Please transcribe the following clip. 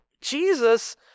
Jesus